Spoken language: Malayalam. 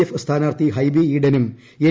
എഫ് സ്ഥാനാർഥി ഹൈബി ഈഡനും എൻ